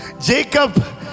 Jacob